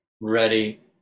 ready